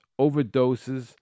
overdoses